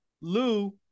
Lou